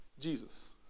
Jesus